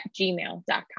gmail.com